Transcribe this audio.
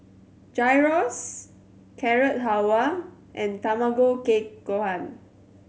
Gyros Carrot Halwa and Tamago Kake Gohan